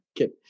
Okay